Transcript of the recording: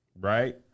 right